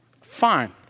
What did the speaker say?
Fine